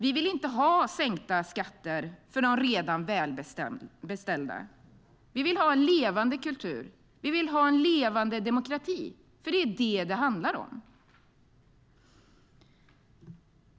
Vi vill inte ha sänkta skatter för de redan välbeställda. Vi vill ha en levande kultur. Vi vill ha en levande demokrati. Det är vad det handlar om.